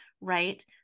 right